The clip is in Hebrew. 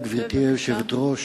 גברתי היושבת-ראש,